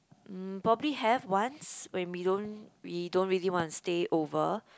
mm probably have once when we don't we don't really want to stay over